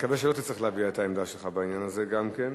נקווה שלא תצטרך להביע את העמדה שלך בעניין הזה גם כן.